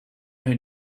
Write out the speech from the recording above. her